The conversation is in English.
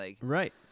Right